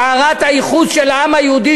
טהרת הייחוס של העם היהודי,